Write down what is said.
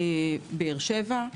באר שבע,